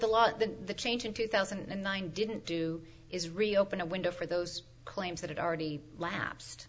that the change in two thousand and nine didn't do is reopen a window for those claims that have already lapsed